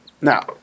Now